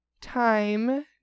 time